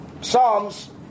Psalms